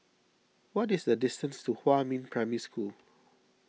what is the distance to Huamin Primary School